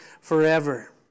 forever